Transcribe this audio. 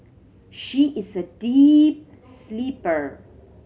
she is a deep sleeper